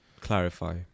Clarify